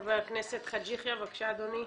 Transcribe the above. חבר הכנסת חאג' יחיא, בבקשה, אדוני.